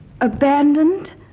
abandoned